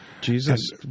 Jesus